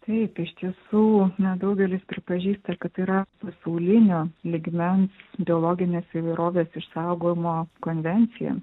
taip iš tiesų nedaugelis pripažįsta kad yra pasaulinio lygmens biologinės įvairovės išsaugojimo konvencija